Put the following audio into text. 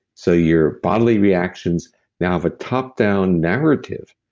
so your bodily reactions now have a top-down narrative,